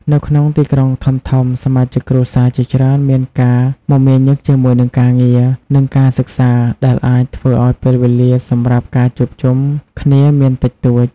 នៅក្នុងទីក្រុងធំៗ សមាជិកគ្រួសារជាច្រើនមានការមមាញឹកជាមួយនឹងការងារ និងការសិក្សា ដែលអាចធ្វើឲ្យពេលវេលាសម្រាប់ការជួបជុំគ្នាមានតិចតួច។